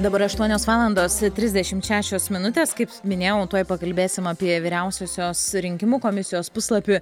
dabar aštuonios valandos trisdešimt šešios minutės kaip minėjau tuoj pakalbėsim apie vyriausiosios rinkimų komisijos puslapį